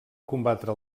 combatre